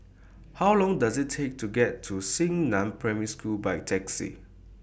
How Long Does IT Take to get to Xingnan Primary School By Taxi